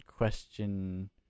question